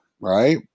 right